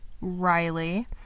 Riley